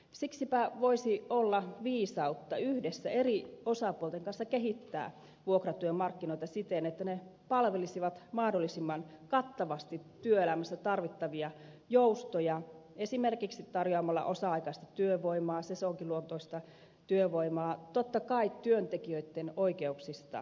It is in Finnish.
siksipä voisi olla viisautta yhdessä eri osapuolten kanssa kehittää vuokratyömarkkinoita siten että ne palvelisivat mahdollisimman kattavasti työelämässä tarvittavia joustoja esimerkiksi tarjoamalla osa aikaista työvoimaa sesonkiluontoista työvoimaa totta kai työntekijöitten oikeuksista huolehtien